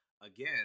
Again